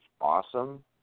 awesome